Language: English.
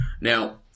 Now